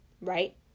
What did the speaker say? right